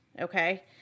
okay